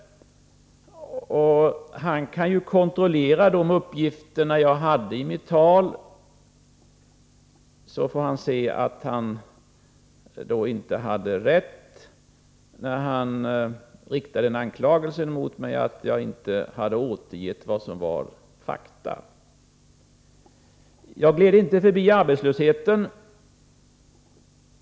Han kan kontrollera uppgifterna i mitt tal, så får han se att han inte hade rätt när han anklagade mig för att inte ha återgivit fakta. Jag gled inte förbi arbetslösheten.